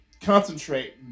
concentrate